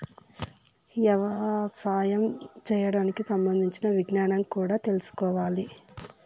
యవసాయం చేయడానికి సంబంధించిన విజ్ఞానం కూడా తెల్సుకోవాలి